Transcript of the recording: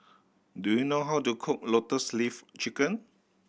do you know how to cook Lotus Leaf Chicken